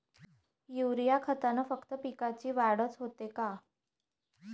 Urea खतानं फक्त पिकाची वाढच होते का?